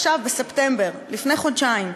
עכשיו, בספטמבר, לפני חודשיים.